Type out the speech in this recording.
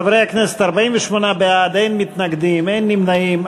חברי הכנסת, 48 בעד, אין מתנגדים, אין נמנעים.